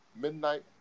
Midnight